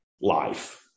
life